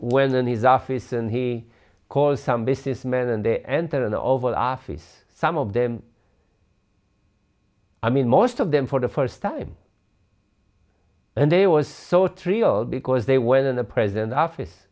when in his office and he calls some businessmen and they enter the oval office some of them i mean most of them for the first time and they was so trivial because they were in the present office